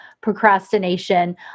Procrastination